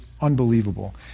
unbelievable